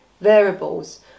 variables